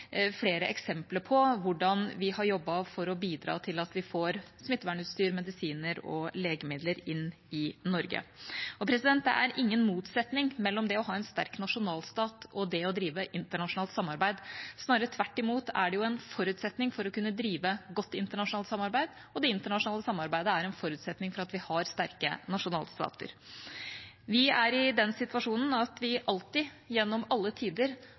flere eksempler på hvordan vi har jobbet for å bidra til at vi får smittevernutstyr, medisiner og legemidler inn i Norge. Det er ingen motsetning mellom det å ha en sterk nasjonalstat og det å drive internasjonalt samarbeid. Snarere tvert imot er det en forutsetning for å kunne drive godt internasjonalt samarbeid, og det internasjonale samarbeidet er en forutsetning for at vi har sterke nasjonalstater. Vi er i den situasjonen at vi alltid, gjennom alle tider,